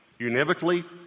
univocally